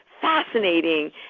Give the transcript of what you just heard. fascinating